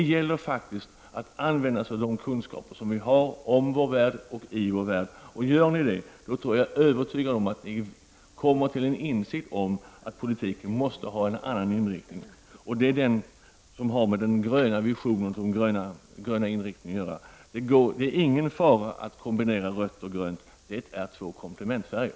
Det gäller faktiskt att använda sig av de kunskaper som vi har om vår värld i vår värld. Om socialdemokraterna gör det är jag övertygad om att de kommer till insikt om att politiken måste ha en annan inriktning, nämligen en grön inriktning. Det är ingen fara med att kombinera rött och grönt, det är två komplementfärger.